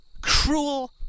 cruel